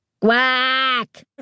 quack